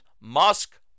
Musk